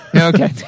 Okay